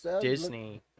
Disney